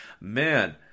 man